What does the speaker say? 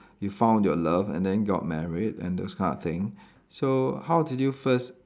you found your love and then got married and those kind of thing so how did you first